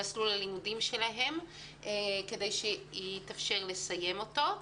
מסלול הלימודים שלהם כדי שיתאפשר להם לסיים אותו.